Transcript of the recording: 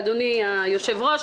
אדוני היושב-ראש,